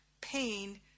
pain